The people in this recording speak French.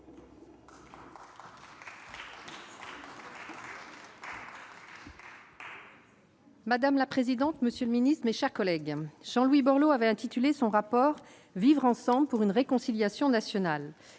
Madame la présidente, monsieur le Ministre, mes chers collègues, Jean-Louis Borloo avait intitulé son rapport vivre ensemble pour une rue. Conciliation nationale il